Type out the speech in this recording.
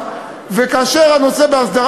וכאשר הנושא בהסדרה,